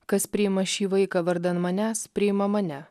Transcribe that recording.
kas priima šį vaiką vardan manęs priima mane